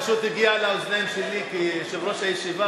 פשוט הגיע לאוזניים שלי כיושב-ראש הישיבה,